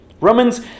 Romans